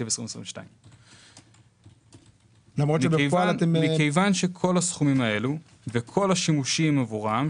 2022. כיוון שכל הסכומים האלה וכל השימושים עבורם,